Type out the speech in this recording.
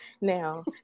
now